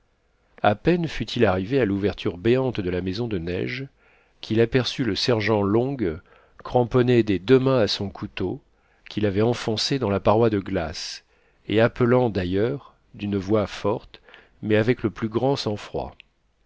à peine fut-il arrivé à l'ouverture béante de la maison de neige qu'il aperçut le sergent long cramponné des deux mains à son couteau qu'il avait enfoncé dans la paroi de glace et appelant d'ailleurs d'une voix forte mais avec le plus grand sang-froid